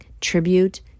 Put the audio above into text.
tribute